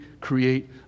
create